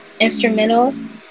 instrumentals